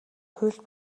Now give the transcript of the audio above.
хууль